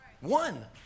One